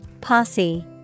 Posse